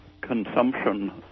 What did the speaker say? consumption